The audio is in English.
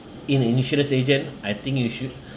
in insurance agent I think you should